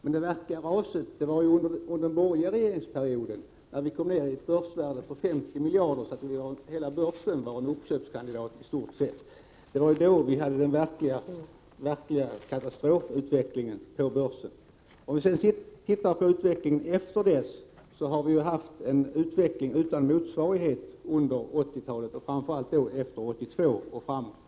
Men det verkliga raset skedde under den borgerliga regeringsperioden, när börsvärdet föll till 50 miljarder, så att hela börsen i stort sett var en uppköpskandidat. Det var då som det var en verklig katastrofutveckling på börsen. Om vi sedan ser på utvecklingen därefter finner vi att den har varit utan motsvarighet under 80-talet, framför allt efter 1982.